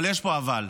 אבל יש פה "אבל",